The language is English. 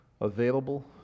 available